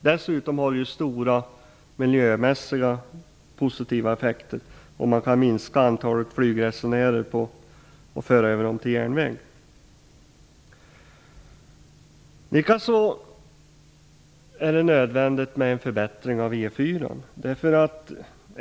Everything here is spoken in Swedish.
Dessutom har det stora positiva miljömässiga effekter om man kan minska antalet flygresenärer och föra över dem till järnväg. Likaså är det nödvändigt med en förbättring av E 4.